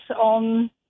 on